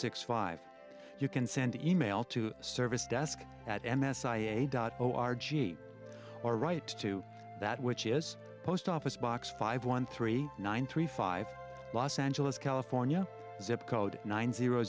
six five you can send e mail to service desk at m s i e dot o r gene or write to that which is post office box five one three one three five los angeles california zip code nine zero